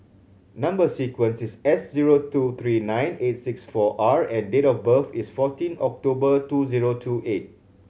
number sequence is S zero two three nine eight six four R and date of birth is fourteen October two zero two eight